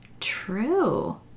true